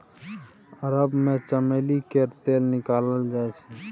अरब मे चमेली केर तेल निकालल जाइ छै